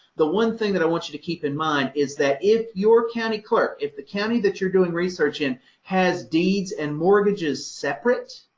the one thing that i want you to keep in mind is that if your county clerk, if the county that you're doing research in has deeds and mortgages separate,